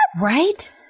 right